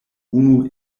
unu